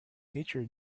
nature